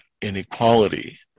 inequality